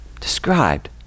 described